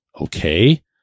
Okay